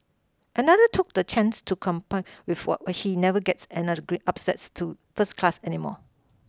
another took the chance to complain what why he never gets another grey upsets to first class anymore